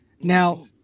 Now